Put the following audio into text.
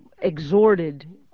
exhorted